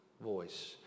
voice